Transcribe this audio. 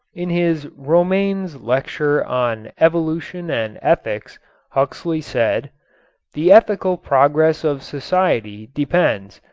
in his romanes lecture on evolution and ethics huxley said the ethical progress of society depends,